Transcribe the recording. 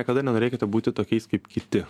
niekada nenorėkite būti tokiais kaip kiti